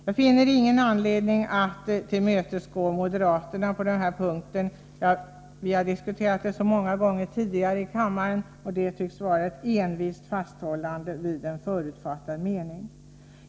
Jag finner ingen anledning att tillmötesgå moderaterna på denna punkt. Vi har diskuterat detta så många gånger tidigare i kammaren, och det tycks vara ett envist fasthållande vid en förutfattad mening.